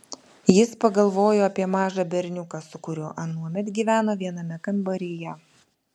jis pagalvojo apie mažą berniuką su kuriuo anuomet gyveno viename kambaryje